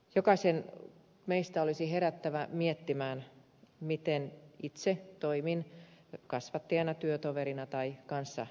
jokaisen meistä olisi herättävä miettimään miten itse toimin kasvattajana työtoverina tai kanssaihmisenä